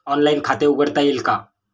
Online खाते उघडता येईल का?